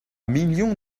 million